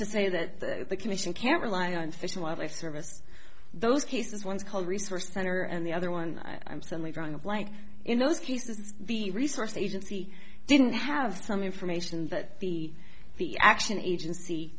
to say that the commission can't rely on fish and wildlife service those cases one is called resource center and the other one i'm certainly drawing a blank in those cases the resource agency didn't have some information that the the action agency